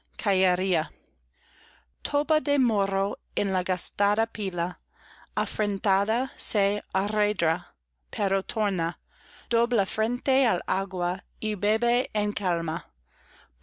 caería topa de morro en la gastada pila afrentada se arredra pero torna dobla frente al agua y bebe